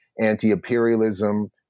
anti-imperialism